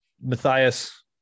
Matthias